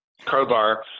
Crowbar